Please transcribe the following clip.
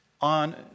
on